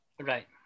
Right